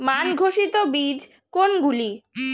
মান ঘোষিত বীজ কোনগুলি?